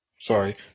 Sorry